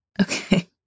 Okay